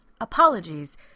Apologies